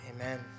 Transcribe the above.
amen